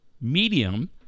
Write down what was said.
medium